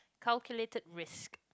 calculated risk